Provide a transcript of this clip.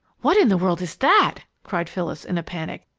what in the world is that? cried phyllis, in a panic.